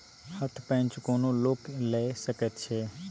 हथ पैंच कोनो लोक लए सकैत छै